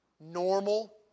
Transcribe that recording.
normal